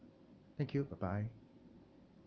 thank you bye bye